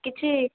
କିଛି